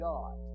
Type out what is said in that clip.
God